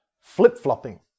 flip-flopping